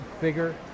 bigger